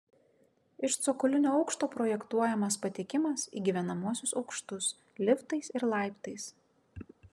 iš cokolinio aukšto projektuojamas patekimas į gyvenamuosius aukštus liftais ir laiptais